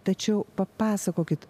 tačiau papasakokit